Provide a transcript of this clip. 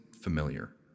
familiar